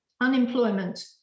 unemployment